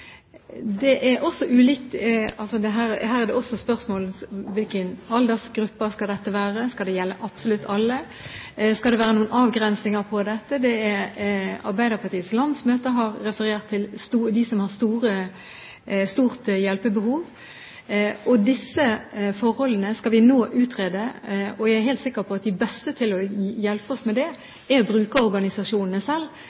her er det også spørsmål som: Hvilken aldersgruppe skal dette gjelde? Skal det gjelde absolutt alle? Skal det være noen avgrensninger på dette? Arbeiderpartiets landsmøte har referert til dem som har et stort hjelpebehov, og disse forholdene skal vi nå utrede. Og jeg er helt sikker på at de beste til å hjelpe oss med det er brukerorganisasjonene selv.